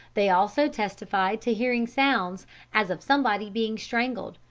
they also testified to hearing sounds as of somebody being strangled,